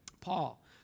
Paul